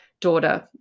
daughter